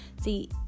See